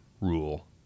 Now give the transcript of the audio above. rule